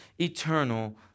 eternal